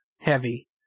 heavy